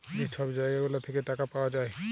যে ছব জায়গা গুলা থ্যাইকে টাকা পাউয়া যায়